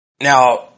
Now